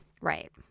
right